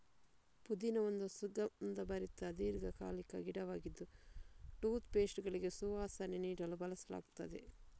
ಪುದೀನಾ ಒಂದು ಸುಗಂಧಭರಿತ ದೀರ್ಘಕಾಲಿಕ ಗಿಡವಾಗಿದ್ದು ಟೂತ್ ಪೇಸ್ಟುಗಳಿಗೆ ಸುವಾಸನೆ ನೀಡಲು ಬಳಸಲಾಗ್ತದೆ